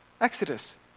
Exodus